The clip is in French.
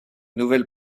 nouvelle